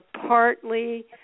partly